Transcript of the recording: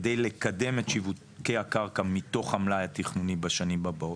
כדי לקדם את שיווקי הקרקע מתוך המלאי התכנוני בשנים הבאות,